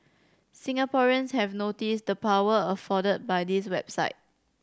Singaporeans have noticed the power afforded by this website